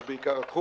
זה בעיקר התחום